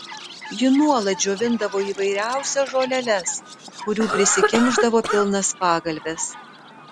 ji nuolat džiovindavo įvairiausias žoleles kurių prisikimšdavo pilnas pagalves